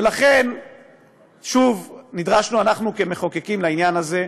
ולכן שוב נדרשנו, אנחנו, כמחוקקים, לעניין הזה.